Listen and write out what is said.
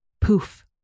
poof